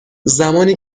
زمانی